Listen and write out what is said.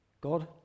God